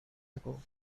ago